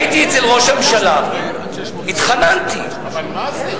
הייתי אצל ראש הממשלה, התחננתי, אבל מה זה?